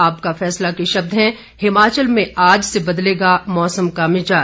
आपका फैसला के शब्द हैं हिमाचल में आज से बदलेगा मौसम का मिजाज